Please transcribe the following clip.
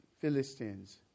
Philistines